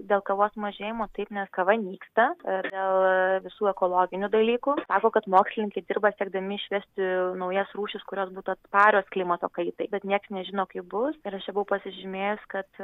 dėl kavos mažėjimo taip nes kava nyksta ir visų ekologinių dalykų sako kad mokslininkai dirba siekdami išvesti naujas rūšis kurios būtų atsparios klimato kaitai bet nieks nežino kaip bus ir aš čia buvau pasižymėjus kad